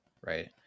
right